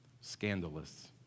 scandalous